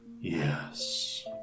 Yes